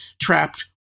trapped